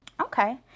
okay